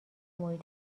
محیط